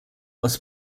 aus